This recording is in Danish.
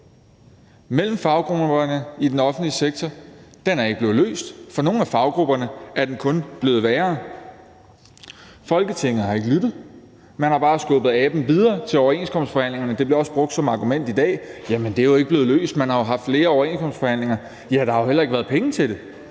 mellem faggrupperne i den offentlige sektor, ikke blevet løst. For nogle af faggrupperne er den kun blevet værre. Folketinget har ikke lyttet. Man har bare skubbet aben videre til overenskomstforhandlingerne, og det bliver også brugt som argument i dag: Jamen det er jo ikke blevet løst, man har jo haft flere overenskomstforhandlinger. Ja, og der har jo heller ikke været penge til det.